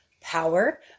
power